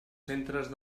centres